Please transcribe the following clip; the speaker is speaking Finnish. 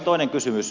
toinen kysymys